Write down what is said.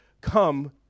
come